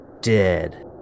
Dead